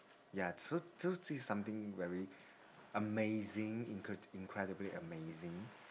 ya so so this is something very amazing incre~ incredibly amazing